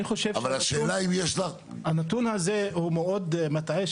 אני חושב שהנתון הזה מאוד מטעה,